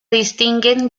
distinguen